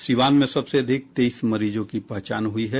सीवान में सबसे अधिक तेईस मरीजों की पहचान हुई है